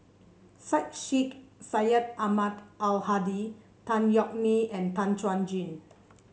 Syed Sheikh Syed Ahmad Al Hadi Tan Yeok Nee and Tan Chuan Jin